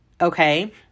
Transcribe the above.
okay